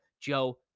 Joe